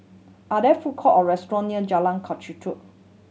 are there food court or restaurant near Jalan